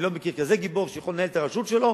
אני לא מכיר כזה גיבור שיכול לנהל את הרשות שלו